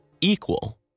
equal